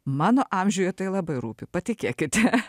mano amžiuje tai labai rūpi patikėkite